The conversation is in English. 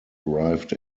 arrived